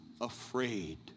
afraid